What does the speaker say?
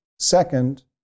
Second